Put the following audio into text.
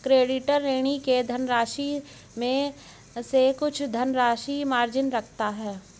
creditor, ऋणी के धनराशि में से कुछ धनराशि मार्जिन रखता है